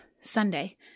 Sunday